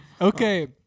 Okay